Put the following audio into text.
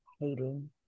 Hating